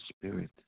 spirit